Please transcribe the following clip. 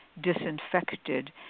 disinfected